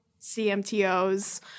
CMTOs